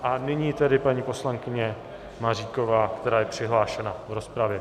A nyní tedy paní poslankyně Maříková, která je přihlášená v rozpravě.